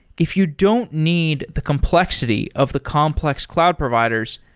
if you don't need the complexity of the complex cloud providers,